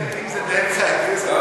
אם זה באמצע הגיוס,